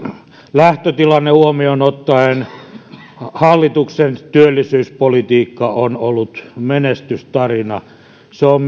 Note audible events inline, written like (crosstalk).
lähtötilanne huomioon ottaen hallituksen työllisyyspolitiikka on ollut menestystarina se on (unintelligible)